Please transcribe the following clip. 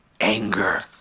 anger